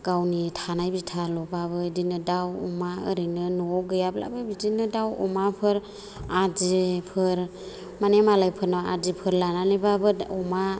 गावनि थानाय बिथा ल'बाबो बिदिनो दाउ अमा ओरैनो न'आव गैयाब्लाबो बिदिनो दाउ अमाफोर आदिफोर माने मालायफोरनाव आदिफोर लानानैब्लाबो अमा